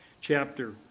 chapter